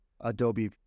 Adobe